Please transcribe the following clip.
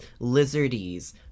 lizardies